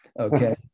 Okay